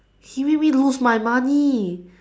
he made me lose my money